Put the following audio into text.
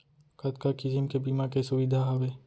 कतका किसिम के बीमा के सुविधा हावे?